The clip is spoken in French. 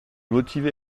motivé